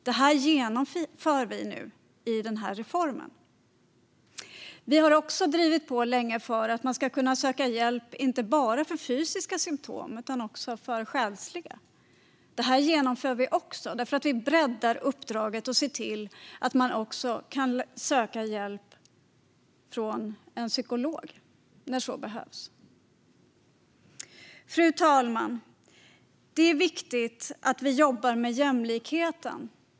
Detta genomför vi nu i denna reform. Vi har länge drivit på för att man ska kunna söka hjälp inte bara för fysiska symtom utan också för själsliga. Detta genomför vi också. Vi breddar uppdraget och ser till att man kan söka hjälp hos en psykolog när så behövs. Fru talman! Det är viktigt att vi jobbar med jämlikheten.